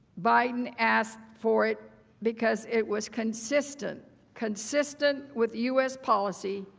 biden asked for it because it was consistent consistent with u s. policy,